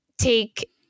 take